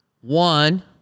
one